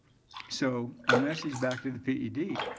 so, our message back to the ped,